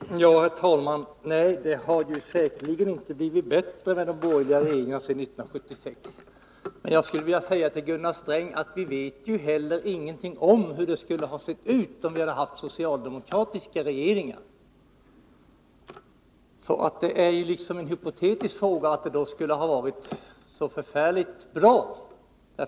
Herr talman! Nej, det har säkerligen inte blivit bättre med de borgerliga regeringarna sedan 1976. Men jag vill säga till Gunnar Sträng att vi ju inte heller vet någonting om hur det skulle ha sett ut, om vi hade haft socialdemokratisk regering. Det är alltså en hypotetisk slutsats, att det då skulle ha varit så förfärligt bra.